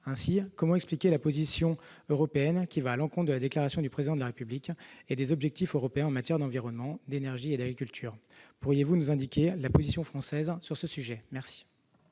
Ainsi, comment expliquer la position européenne, qui va à l'encontre de la déclaration du Président de la République et des objectifs européens en matière d'environnement, d'énergie et d'agriculture ? Pourriez-vous nous indiquer la position française sur ce sujet ? La